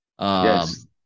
Yes